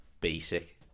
basic